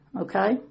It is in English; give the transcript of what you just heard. Okay